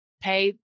pay